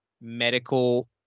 medical